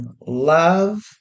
love